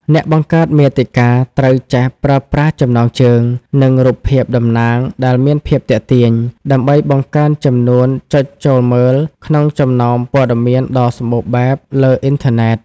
អ្នកបង្កើតមាតិកាត្រូវចេះប្រើប្រាស់ចំណងជើង និងរូបភាពតំណាង ដែលមានភាពទាក់ទាញ ដើម្បីបង្កើនចំនួនចុចចូលមើលក្នុងចំណោមព័ត៌មានដ៏សម្បូរបែបលើអ៊ីនធឺណិត។